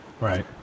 Right